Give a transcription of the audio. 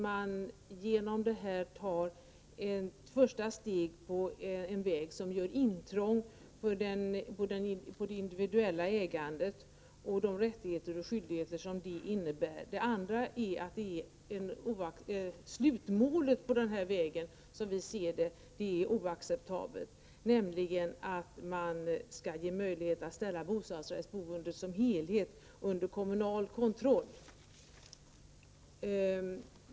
Man tar ett första steg på en väg där man gör intrång på det individuella ägandet och de rättigheter och skyldigheter som det innebär. Vidare är slutmålet på den här vägen — som vi ser det — oacceptabelt, nämligen att man skall skapa möjlighet att ställa bostadsrättsboendet som helhet under kommunal kontroll.